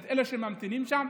את אלה שממתינים שם.